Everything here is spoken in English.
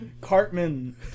Cartman